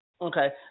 Okay